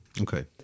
Okay